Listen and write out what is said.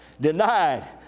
denied